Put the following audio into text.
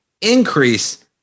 increase